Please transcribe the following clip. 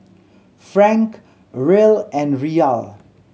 Franc Riel and Riyal